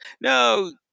No